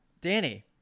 Danny